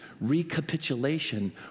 recapitulation